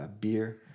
beer